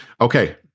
Okay